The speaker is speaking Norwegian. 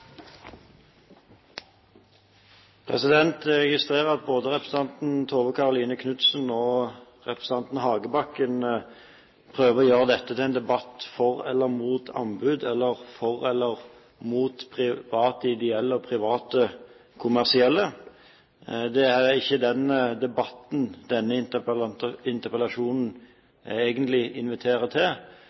Jeg registrerer at både representanten Tove Karoline Knutsen og representanten Hagebakken prøver å gjøre dette til en debatt for eller mot anbud, eller for eller mot private ideelle og private kommersielle. Det er ikke den debatten denne interpellasjonen egentlig inviterer til.